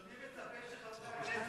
אדוני מצפה שחברי הכנסת